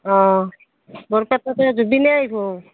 অঁ বৰপেটাতো জুবিনে আহিব